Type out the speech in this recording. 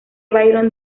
byron